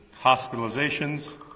hospitalizations